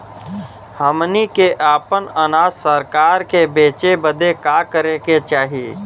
हमनी के आपन अनाज सरकार के बेचे बदे का करे के चाही?